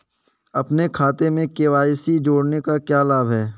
अपने खाते में के.वाई.सी जोड़ने का क्या लाभ है?